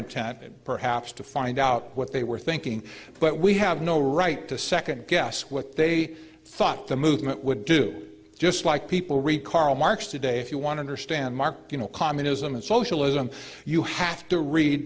intent and perhaps to find out what they were thinking but we have no right to second guess what they thought the movement would do just like people read karl marx today if you want to understand mark you know communism and socialism you have to read